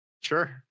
Sure